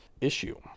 issue